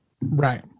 Right